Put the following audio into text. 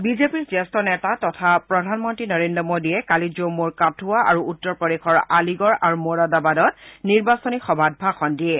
বিজেপিৰ জ্যেষ্ঠ নেতা তথা প্ৰধানমন্ত্ৰী নৰেন্দ্ৰ মোদীয়ে কালি জম্মুৰ কাঠুৱা আৰু উত্তৰ প্ৰদেশৰ আলিগড় আৰু মৌৰাদাবাদত নিৰ্বাচনী সভাত ভাষণ দিয়ে